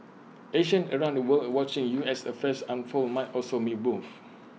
Asians around the world are watching U S affairs unfold might also be moved